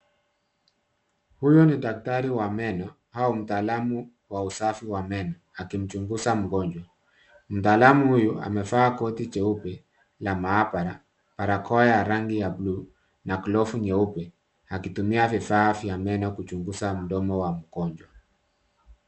Huyu ni daktari wa meno au mtaalamu wa usafi wa meno akimchunguza mgonjwa. Mtaalamu huyu amevaa koti jeupe la maabara, barakoa ya rangi ya buluu na glovu nyeupe akitumia vifaa vya meno kuchunguza mdomo wa mgonjwa.